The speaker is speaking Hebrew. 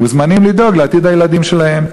מוזמנים לדאוג לעתיד הילדים שלהם.